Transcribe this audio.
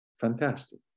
fantastic